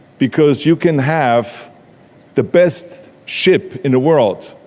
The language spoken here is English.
because you can have the best ship in the world,